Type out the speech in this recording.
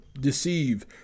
deceive